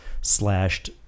slashed